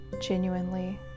genuinely